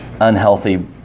unhealthy